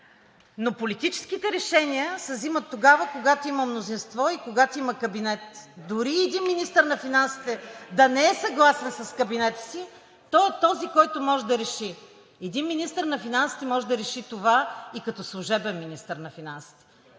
Политическите решения се взимат тогава, когато има мнозинство и когато има кабинет. Дори и един министър на финансите да не е съгласен с кабинета си, той е този, който може да реши. Един министър на финансите може да реши това и като служебен министър на финансите.